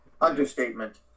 Understatement